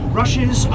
rushes